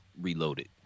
reloaded